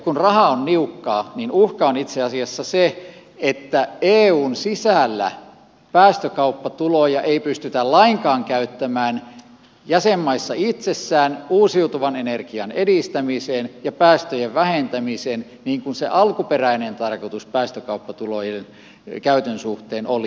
kun raha on niukkaa uhka on itse asiassa se että eun sisällä päästökauppatuloja ei pystytä lainkaan käyttämään jäsenmaissa itsessään uusiutuvan energian edistämiseen ja päästöjen vähentämiseen niin kuin se alkuperäinen tarkoitus päästökauppatulojen käytön suhteen oli